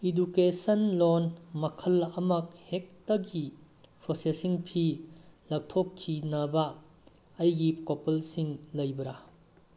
education loan ꯃꯈꯜ ꯑꯃ ꯍꯦꯛꯇꯒꯤ ꯄ꯭ꯔꯣꯁꯦꯁꯁꯤꯡ ꯐꯤ ꯂꯧꯊꯣꯛꯈꯤꯅꯕ ꯑꯩꯒꯤ ꯀꯣꯄꯟꯁꯤꯡ ꯂꯩꯕ꯭ꯔꯥ